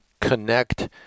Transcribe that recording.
connect